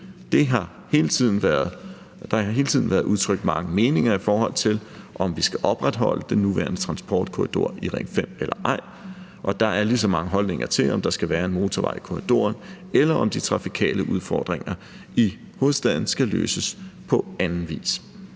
Der har hele tiden været udtrykt mange meninger, i forhold til om vi skal opretholde den nuværende transportkorridor i Ring 5 eller ej, og der er lige så mange holdninger til, om der skal være en motorvej i korridoren, eller om de trafikale udfordringer i hovedstaden skal løses på anden vis.